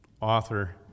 author